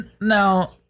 Now